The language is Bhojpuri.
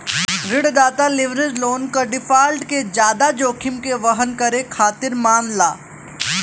ऋणदाता लीवरेज लोन क डिफ़ॉल्ट के जादा जोखिम के वहन करे खातिर मानला